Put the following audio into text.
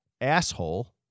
asshole